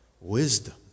Wisdom